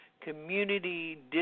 community